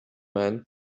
man